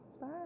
Bye